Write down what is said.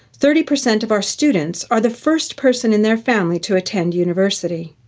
thirty percent of our students are the first person in their family to attend university.